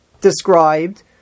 described